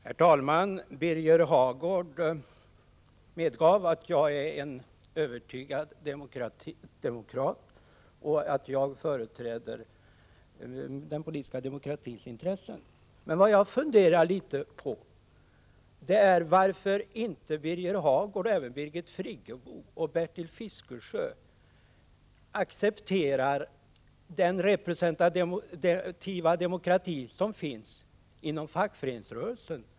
Herr talman! Birger Hagård medgav att jag är en övertygad demokrat och att jag företräder den politiska demokratins intressen. Vad jag funderar litet över är varför inte Birger Hagård, Birgit Friggebo och Bertil Fiskesjö accepterar den representativa demokrati som finns inom fackföreningsrörelsen.